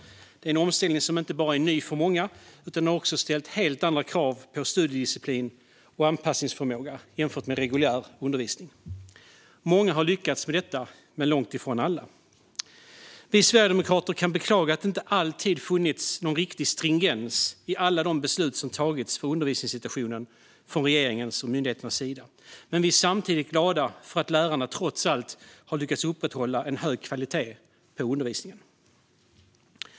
Det är en omställning som inte bara är ny för många. Den har också ställt helt andra krav på studiedisciplin och anpassningsförmåga jämfört med reguljär undervisning. Många har lyckats med detta men långt ifrån alla. Vi sverigedemokrater kan beklaga att det inte alltid funnits någon riktig stringens i de beslut som tagits när det gäller undervisningssituationen från regeringens och myndigheternas sida. Men vi är samtidigt glada för att lärarna trots allt har lyckats upprätthålla en hög kvalitet på undervisningen.